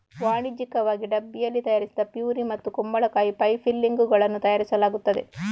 ವಾಣಿಜ್ಯಿಕವಾಗಿ ಡಬ್ಬಿಯಲ್ಲಿ ತಯಾರಿಸಿದ ಪ್ಯೂರಿ ಮತ್ತು ಕುಂಬಳಕಾಯಿ ಪೈ ಫಿಲ್ಲಿಂಗುಗಳನ್ನು ತಯಾರಿಸಲಾಗುತ್ತದೆ